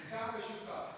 משותף.